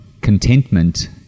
contentment